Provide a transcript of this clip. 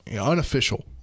unofficial